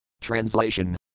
Translation